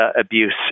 abuse